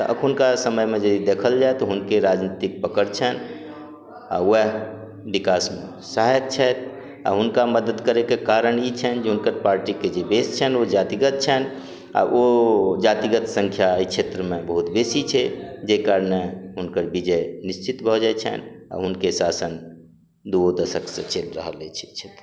तऽ एखुनका समयमे यदि देखल जाइ तऽ हुनके राजनीतिक पकड़ छन्हि आओर वएह विकासमे सहायत छथि आओर हुनका मदद करयके कारण ई छनि जे हुनकर पार्टीके जे बेस छनि ओ जातिगत छनि आओर ओ जातिगत सङ्ख्या अइ क्षेत्रमे बहुत बेसी छै जै कारणे हुनकर विजय निश्चित भऽ जाइ छन्हि आओर हुनके शासन दूओ दशकसँ चलि रहल अछि क्षेत्र